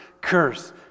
curse